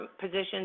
positions